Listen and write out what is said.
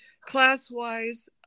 class-wise